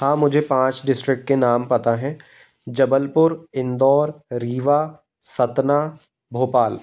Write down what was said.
हाँ मुझे पाँच डिस्ट्रिक के नाम पता हैं जबलपुर इंदौर रीवा सतना भोपाल